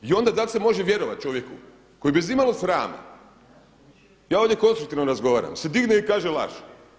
I onda dal' se može vjerovati čovjeku koji bez imalo srama, ja ovdje konstruktivno razgovaram se digne i kaže laže.